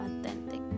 authentic